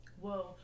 Whoa